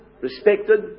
respected